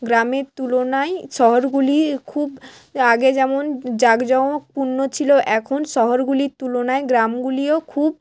গ্রামের তুলনায় শহরগুলি খুব আগে যেমন জাঁকজমকপূর্ণ ছিল এখন শহরগুলির তুলনায় গ্রামগুলিও খুব